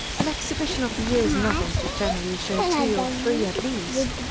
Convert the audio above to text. an exhibition of the year's novels would generally show two or three, at least,